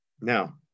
Now